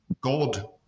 God